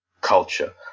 culture